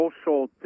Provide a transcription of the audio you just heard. Social